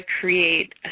create